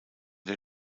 der